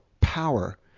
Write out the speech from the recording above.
power